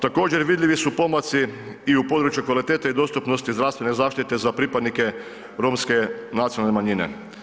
Također vidljivi su pomaci i u području kvalitete i dostupnosti zdravstvene zaštite za pripadnike romske nacionalne manjine.